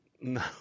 No